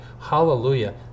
hallelujah